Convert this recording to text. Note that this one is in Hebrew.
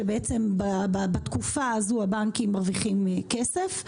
שבעצם בתקופה הזו הבנקים מרוויחים כסף,